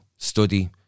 Study